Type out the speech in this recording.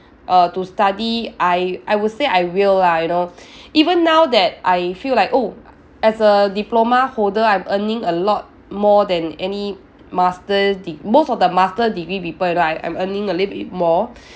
uh to study I I will say I will lah you know even now that I feel like oh as a diploma holder I'm earning a lot more than any masters de~ most of the master degree people you know I I'm earning a little bit more